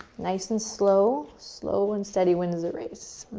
nice and slow, slow and steady wins the race.